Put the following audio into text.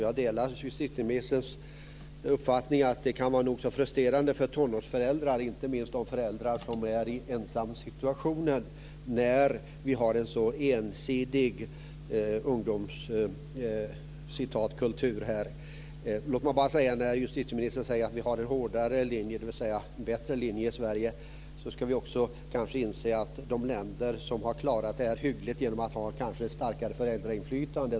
Jag delar justitieministerns uppfattning att det kan vara nog så frustrerande för tonårsföräldrar - inte minst de föräldrar som är i ensamsituationen - när vi har en så ensidig ungdoms Låt mig bara kommentera det som justitieministern säger om att vi har en hårdare linje, dvs. en bättre linje, i Sverige. Då ska vi också inse att de länder som har klarat det här hyggligt kanske har gjort det genom att ha ett starkare föräldrainflytande.